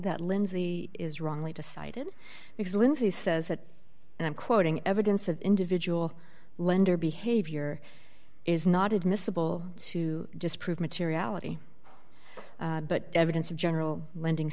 that lindsay is wrongly decided because lindsay says that and i'm quoting evidence of individual lender behavior is not admissible to disprove materiality but evidence of general lending